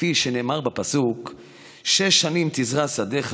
כפי שנאמר בפסוק: "שש שנים תזרע שדך